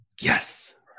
Yes